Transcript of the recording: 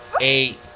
eight